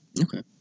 Okay